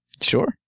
Sure